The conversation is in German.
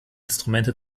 instrumente